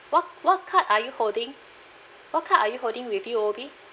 what what card are you holding what card are you holding with U_O_B